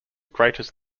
greatest